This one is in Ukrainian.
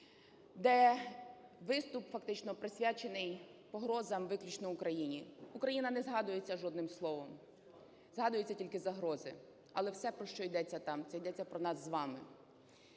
де виступ фактично присвячений погрозам виключно Україні. Україна не згадується жодним словом, згадуються тільки загрози, але все, про що йдеться там, це йдеться про нас з вами.